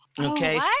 Okay